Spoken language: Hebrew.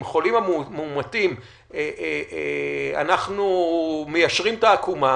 עם חולים מאומתים אנחנו מיישרים את העקומה.